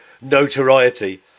notoriety